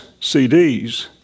CDs